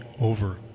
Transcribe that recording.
over